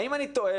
האם אני טועה?